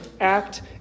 act